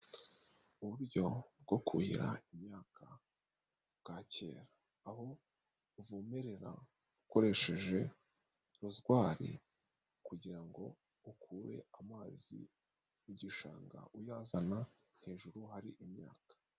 Uburyo bwo kuhira imyaka bwa kera aho uvomerera ukoresheje rozwari kugira ngo ukure amazi mu gishanga uyazana hejuru hari imyaka.